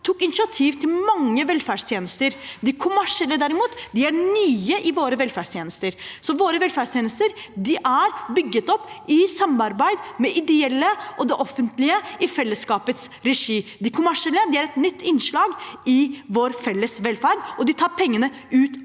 tok initiativ til mange velferdstjenester. De kommersielle, derimot, er nye i våre velferdstjenester. Våre velferdstjenester er bygd opp i samarbeid mellom de ideelle og det offentlige, i fellesskapets regi. De kommersielle er et nytt innslag i vår felles velferd, og de tar pengene ut